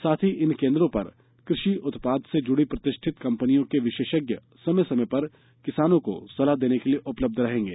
साथ ही इन केंद्रों पर कृषि उत्पाद से जुड़ी प्रतिष्ठित कंपनियों के विशेषज्ञ समय समय पर किसानों को ं सलाह देने के लिए उपलब्ध रहेंगे